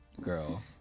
girl